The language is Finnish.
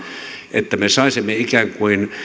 että me saisimme ikään kuin